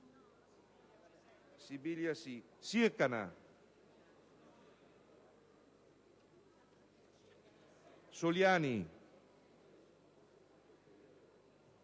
Sibilia, Sircana, Soliani,